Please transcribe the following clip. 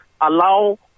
allow